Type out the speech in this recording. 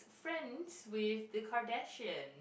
friends with the Kardashians